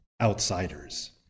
outsiders